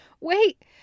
Wait